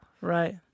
Right